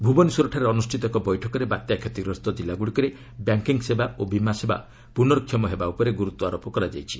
ଭୁବନେଶ୍ୱରରେ ଅନୁଷ୍ଠିତ ଏକ ବୈଠକରେ ବାତ୍ୟା କ୍ଷତିଗ୍ରସ୍ତ କିଲ୍ଲାଗୁଡ଼ିକରେ ବ୍ୟାଙ୍କିଙ୍ଗ୍ ସେବା ଓ ବୀମା ସେବା ପୁନଃକ୍ଷମ ହେବା ଉପରେ ଗୁରୁତ୍ୱ ଆରୋପ କରାଯାଇଛି